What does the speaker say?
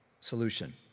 solution